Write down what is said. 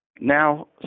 Now